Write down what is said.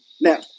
now